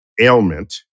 ailment